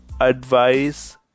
Advice